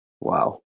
Wow